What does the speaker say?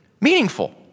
meaningful